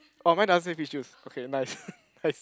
oh mine doesn't say peach juice okay nice nice